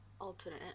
alternate